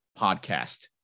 podcast